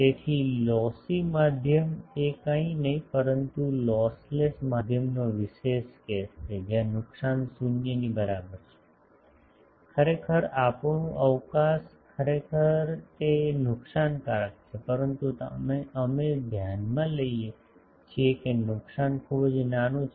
તેથી લોસી માધ્યમ એ કંઈ નહીં પરંતુ લોસલેસ માધ્યમનો વિશેષ કેસ છે જ્યાં નુકસાન શૂન્યની બરાબર છે ખરેખર આપણું અવકાશ ખરેખર તે નુકસાનકારક છે પરંતુ અમે તેને ધ્યાનમાં લઈએ છીએ કે નુકસાન ખૂબ જ નાનું છે